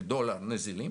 דולר נזילים